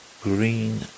Green